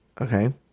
Okay